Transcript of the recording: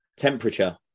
Temperature